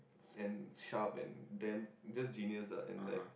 and sharp and damn just genius lah and like